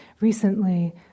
Recently